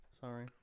sorry